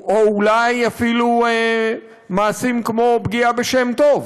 או אולי אפילו מעשים כמו פגיעה בשם טוב,